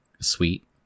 sweet